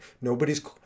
Nobody's